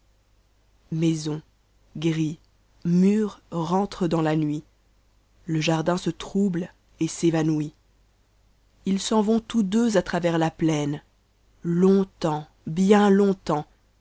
maison grilles murs rentrent dans la nuit le jardin se troable et s'évanouit ils s'en vont tous deux à travers la plaine longtemps bien longtemps